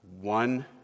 one